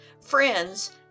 Friends